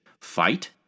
Fight